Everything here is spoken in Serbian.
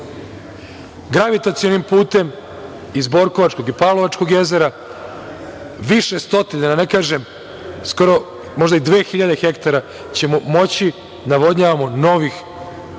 radi. Gravitacionim putem iz Borkovačkog i Pavlovačkog jezera više stotina, da ne kažem, skoro možda i dve hiljade hektara ćemo moći da navodnjavamo novih voćarskih